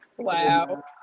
Wow